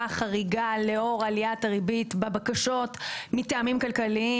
חריגה לאור עליית הריבית בבקשות מטעמים כלכליים,